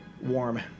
Warm